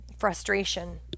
frustration